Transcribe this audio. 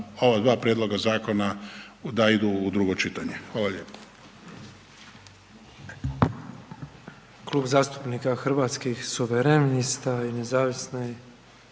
ova dva prijedloga zakona da idu u drugo čitanje. Hvala lijepo.